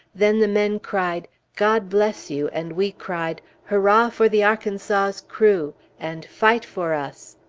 then the men cried, god bless you, and we cried, hurrah for the arkansas's crew, and fight for us!